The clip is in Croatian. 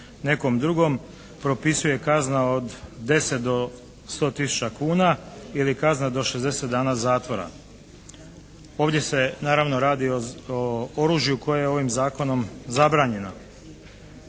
nekom drugom propisuje kazna od 10 do 100 tisuća kuna ili kazna do 60 dana zatvora. Ovdje se naravno radi o oružju koje je ovim Zakonom zabranjeno.